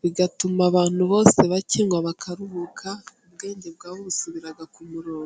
bigatuma abantu bose bakingwa bakaruhuka ubwenge bwabo busubira ku murongo.